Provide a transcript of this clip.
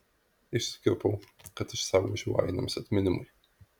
išsikirpau kad išsaugočiau ainiams atminimui